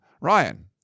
Ryan